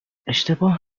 اشتباه